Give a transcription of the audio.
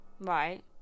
Right